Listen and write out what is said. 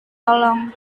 tolong